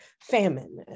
famine